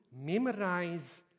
Memorize